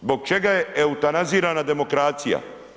Zbog čega eutanazirana demokracija?